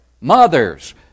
mothers